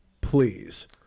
please